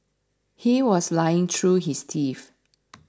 he was lying through his teeth